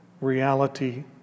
reality